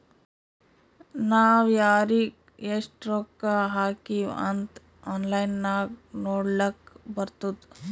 ನಾವ್ ಯಾರಿಗ್ ಎಷ್ಟ ರೊಕ್ಕಾ ಹಾಕಿವ್ ಅಂತ್ ಆನ್ಲೈನ್ ನಾಗ್ ನೋಡ್ಲಕ್ ಬರ್ತುದ್